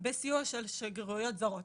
בסיוע של שגרירויות זרות.